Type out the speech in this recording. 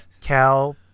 Cal